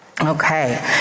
Okay